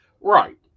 Right